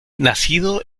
nacido